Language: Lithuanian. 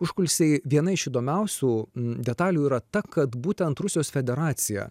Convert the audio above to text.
užkulisiai viena iš įdomiausių detalių yra ta kad būtent rusijos federacija